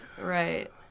Right